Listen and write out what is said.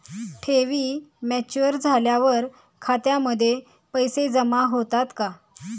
ठेवी मॅच्युअर झाल्यावर खात्यामध्ये पैसे जमा होतात का?